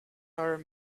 are